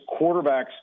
quarterbacks